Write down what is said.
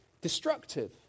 destructive